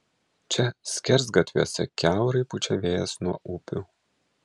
čia skersgatviuose kiaurai pučia vėjas nuo upių